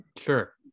sure